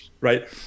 right